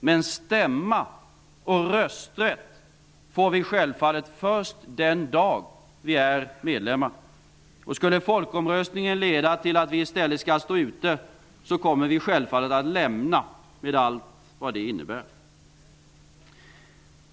Men stämma och rösträtt får vi självfallet först den dag vi är medlemmar. Om folkomröstningen skulle leda till att vi i stället skall stå utanför kommer vi naturligtvis att lämna samarbetet med allt vad det innebär.